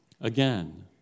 again